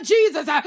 Jesus